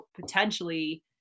potentially